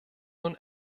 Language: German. nun